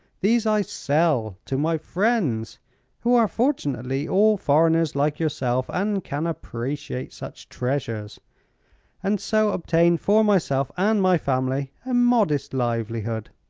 these i sell to my friends who are fortunately all foreigners like yourself and can appreciate such treasures and so obtain for myself and my family a modest livelihood.